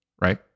right